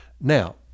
now